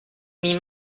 mis